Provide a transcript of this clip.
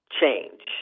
change